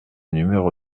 numéro